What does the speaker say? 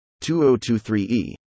2023e